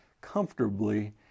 comfortably